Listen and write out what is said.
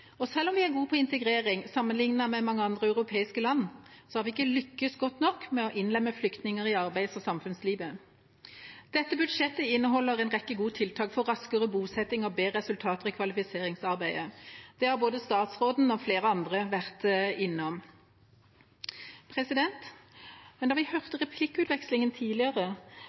Og selv om vi er gode på integrering sammenlignet med mange andre europeiske land, har vi ikke lyktes godt nok med å innlemme flyktningene i arbeids- og samfunnslivet. Dette budsjettet inneholder en rekke gode tiltak for raskere bosetting og bedre resultater i kvalifiseringsarbeidet. Det har både statsråden og flere andre vært innom. Jeg hørte replikkutvekslingen tidligere,